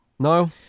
No